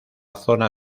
zona